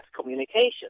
communication